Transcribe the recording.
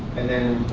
and then,